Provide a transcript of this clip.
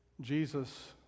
Jesus